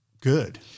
good